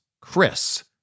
Chris